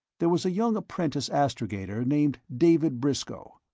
there was a young apprentice astrogator named david briscoe.